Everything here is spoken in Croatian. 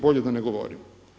Bolje da ne govorim.